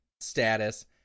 status